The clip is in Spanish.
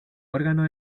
órgano